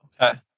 Okay